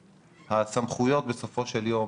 הסמכויות בסופו של יום,